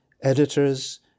editors